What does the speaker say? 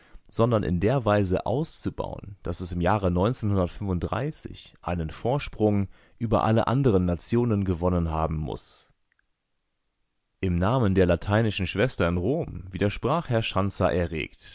sondern in der weise auszubauen daß es im jahre einen vorsprug über alle anderen nationen gewonnen haben muß im namen der lateinischen schwester in rom widersprach herr schanzer erregt